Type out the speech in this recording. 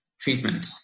treatment